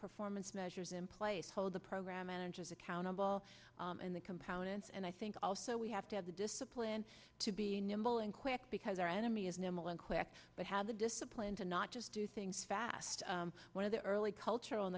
performance measures in place hold the program managers accountable and the components and i think also we have to have the discipline to be nimble and quick because our enemy is normal and quick but have the discipline to not just do things fast one of the early cultur